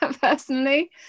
personally